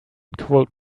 quote